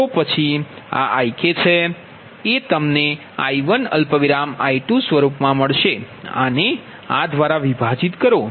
તો પછી આ Ikએ તમને I1I2 સ્વરૂપ મા મળશે આ ને આ દ્વારા વિભાજિત કરો